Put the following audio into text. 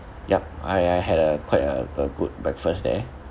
yup I I had a quite a a good breakfast there